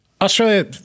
Australia